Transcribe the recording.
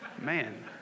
man